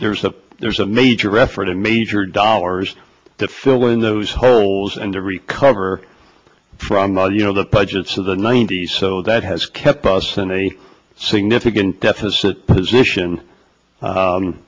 there's a there's a major effort in major dollars to fill in those holes and to recover from the you know the budgets of the ninety's so that has kept us in a significant deficit position